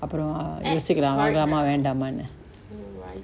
அபரோ யோசிகலா வாங்கலாமா வேண்டாமானு:aparo yosikala vangalama vendamanu